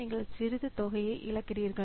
நீங்கள் சிறிது தொகையை இழக்கிறீர்கள்